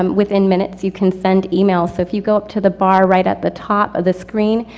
um within minutes you can send emails. so if you go up to the bar right at the top of the screen,